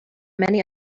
many